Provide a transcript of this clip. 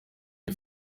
iyi